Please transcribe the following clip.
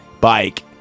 bike